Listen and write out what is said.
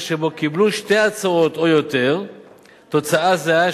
שבו קיבלו שתי הצעות או יותר תוצאה זהה,